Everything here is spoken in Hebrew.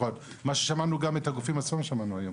לפחות מה ששמענו את הגופים עצמם שהם אומרים.